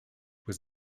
was